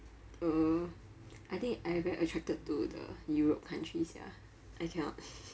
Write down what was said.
um I think I very attracted to the europe countries sia I cannot